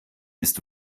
ist